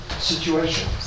situation